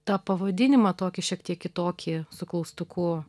tą pavadinimą tokį šiek tiek kitokį su klaustuku